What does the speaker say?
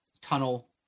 tunnel